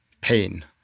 pain